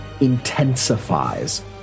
intensifies